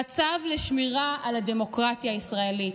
הצו לשמירה על הדמוקרטיה הישראלית.